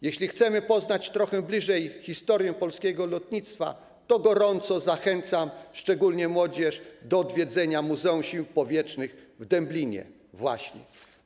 Jeśli chcemy poznać trochę bliżej historię polskiego lotnictwa, to gorąco zachęcam, szczególnie młodzież, do odwiedzenia Muzeum Sił Powietrznych w Dęblinie właśnie.